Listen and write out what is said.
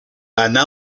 anna